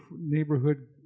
neighborhood